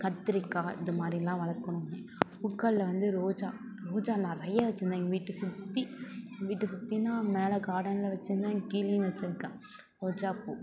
கத்திரிக்காய் இது மாதிரிலாம் வளர்க்கணும்னு பூக்களில் வந்து ரோஜா ரோஜா நிறைய வச்சுருந்தேன் எங்கள் வீட்டு சுற்றி வீட்டை சுற்றினா மேலே கார்டனில் வச்சுருந்தேன் கீழையும் வச்சுருக்கேன் ரோஜாப்பூ